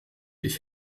ich